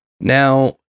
Now